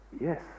Yes